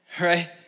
Right